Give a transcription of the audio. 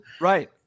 Right